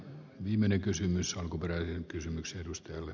viimeinen kysymys onko greenen kysymyksen edustalle